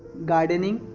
gardening,